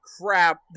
crap